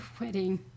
wedding